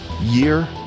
year